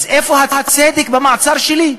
אז איפה הצדק במעצר שלי?